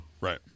Right